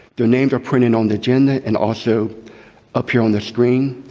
their names are printed on the agenda, and also appear on the screen.